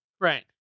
Right